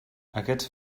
aquests